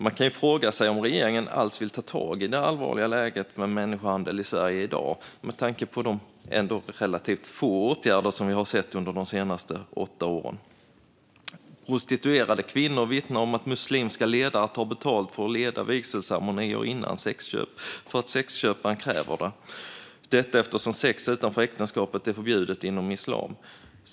Man kan ju fråga sig om regeringen alls vill ta tag i det allvarliga läget med människohandel i Sverige i dag med tanke på de relativt få åtgärder som vi har sett under de senaste åtta åren. Prostituerade kvinnor vittnar om att muslimska ledare tar betalt för att leda vigselceremonier före sexköp för att sexköparna kräver det - detta eftersom sex utanför äktenskapet är förbjudet inom islam.